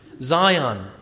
Zion